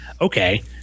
okay